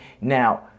Now